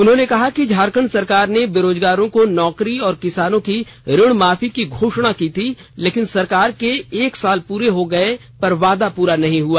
उन्होंने कहा कि झारखंड सरकार ने बेरोजगारों को नौकरी और किसानों की ऋण माफी की घोषणा की थी लेकिन सरकार के एक साल पूरे हो गए पर वादा पूरा नहीं हुआ